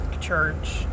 church